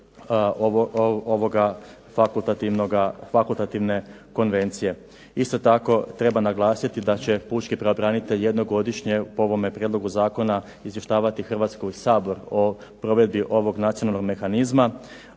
ovoga fakultativne konvencije. Isto tako treba naglasiti da će pučki pravobranitelj jednom godišnje o ovome Prijedlogu zakona izvještavati Hrvatski sabor o provedbi ovog nacionalnog mehanizma.